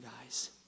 guys